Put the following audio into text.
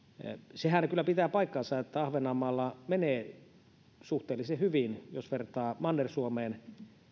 sehän kyllä pitää paikkaansa että ahvenanmaalla menee suhteellisen hyvin jos vertaa manner suomeen